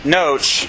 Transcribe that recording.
notes